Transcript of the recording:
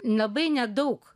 labai nedaug